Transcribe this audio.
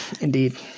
Indeed